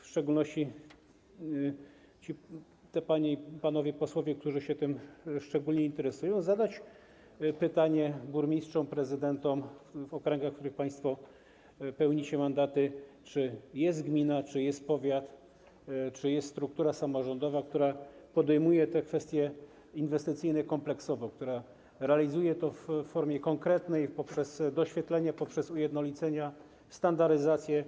W szczególności te panie i ci panowie posłowie, którzy się tym szczególnie interesują, powinni zadać pytanie burmistrzom, prezydentom w okręgach, w których państwo pełnią mandaty, czy jest gmina, czy jest powiat, czy jest struktura samorządowa, która podejmuje te kwestie inwestycyjne kompleksowo, która realizuje to w formie konkretnej, np. poprzez doświetlenie, poprzez ujednolicenia, standaryzację.